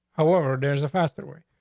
however, there's a faster way.